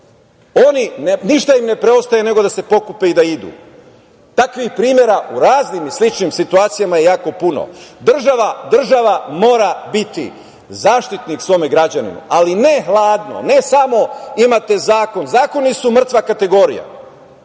svoje ništa im ne preostaje nego da se pokupe i da idu. Takvih primera u raznim i sličnim situacijama je jako puno. Država mora biti zaštitnik svome građaninu, ali ne hladno, ne samo imate zakon. Zakoni su mrtva kategorija.